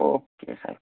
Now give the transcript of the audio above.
okay